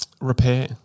repair